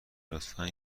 لطفا